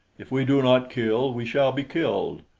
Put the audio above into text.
if we do not kill, we shall be killed,